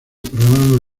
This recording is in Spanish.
programa